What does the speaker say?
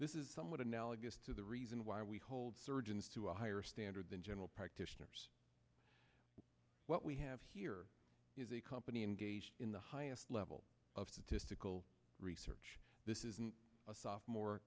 this is somewhat analogous to the reason why we hold surgeons to a higher standard than general practitioners what we have here is a company engaged in the highest level of statistical research this isn't a sophomore